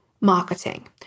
marketing